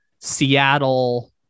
Seattle